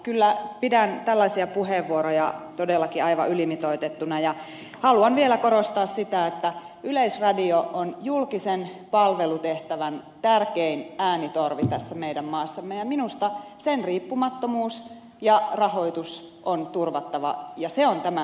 kyllä pidän tällaisia puheenvuoroja todellakin aivan ylimitoitettuna ja haluan vielä korostaa sitä että yleisradio on julkisen palvelutehtävän tärkein äänitorvi tässä meidän maassamme ja minusta sen riippumattomuus ja rahoitus on turvattava ja se on tämän talon vastuu